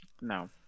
No